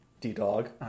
d-dog